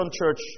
church